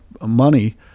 money